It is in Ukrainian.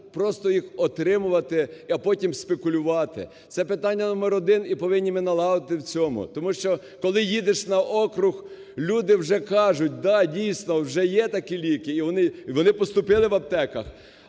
просто їх отримувати, а потім спекулювати. Це питання номер один і повинні ми налагодити в цьому. Тому що коли їдеш на округ, люди вже кажуть: "Да, дійсно, вже є такі ліки, вони поступили в аптеки".